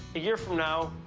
a year from now,